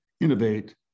innovate